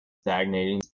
stagnating